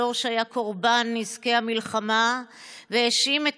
דור שהיה קורבן לנזקי המלחמה והאשים את